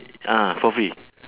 ah for free